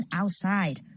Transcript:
outside